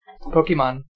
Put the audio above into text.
Pokemon